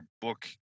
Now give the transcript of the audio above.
book